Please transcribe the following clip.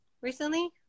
recently